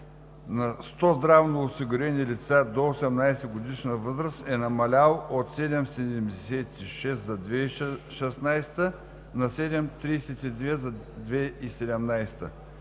на 100 здравноосигурени лица до 18-годишна възраст е намалял от 7,76 за 2016 г. на 7,32 за 2017